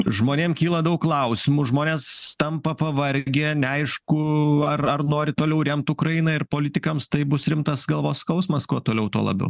žmonėm kyla daug klausimų žmonės tampa pavargę neaišku ar ar nori toliau remt ukrainą ir politikams tai bus rimtas galvos skausmas kuo toliau tuo labiau